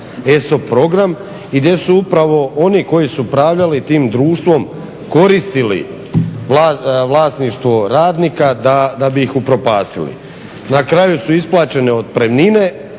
ESOP program i gdje su upravo oni koji su upravljali tim društvom koristili vlasništvo radnika da bi ih upropastili. Na kraju su isplaćene otpremnine,